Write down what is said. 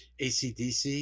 ACDC